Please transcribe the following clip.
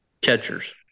catchers